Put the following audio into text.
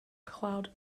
cloud